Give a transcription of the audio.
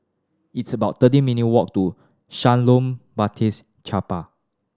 it's about thirteen minute walk to Shalom Baptist Chapel